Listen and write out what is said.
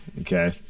Okay